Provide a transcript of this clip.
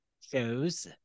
shows